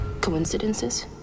Coincidences